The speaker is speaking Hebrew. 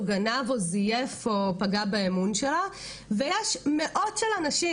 או גנב או זייף או פגע באמון שלה ויש מאות של אנשים.